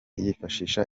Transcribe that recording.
yifashisha